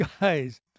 guys